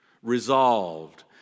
resolved